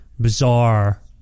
bizarre